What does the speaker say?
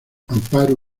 amparo